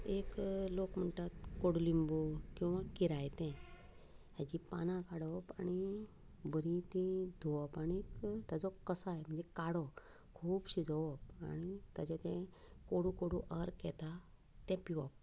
एक लोक म्हणटात कोडलिंबू किंवां किरायतें हाची पानां काडप आनी बरीं तीं धुवप आनीक ताचो कसाय म्हणजे काडो खूब शिजोवप आनी ताचें तें कोडू कोडू अर्क येता तें पिवप